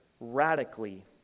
radically